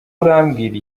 urambwira